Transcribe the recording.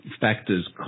factors